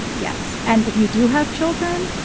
yes. and if you do have children,